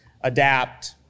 adapt